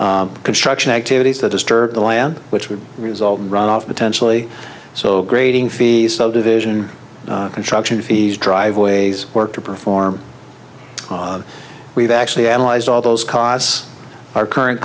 construction activities that disturb the land which would result runoff potentially so grading fees subdivision construction fees driveways work to perform we've actually analyzed all those costs our current